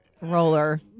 Roller